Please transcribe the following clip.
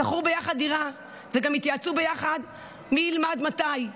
שכרו ביחד דירה וגם התייעצו ביחד מי ילמד ומתי.